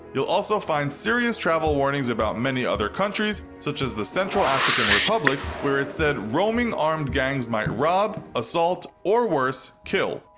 you'll also find serious travel warnings about many other countries, such as the central african republic, where it's said roaming armed gangs might rob, assault, or worse, kill.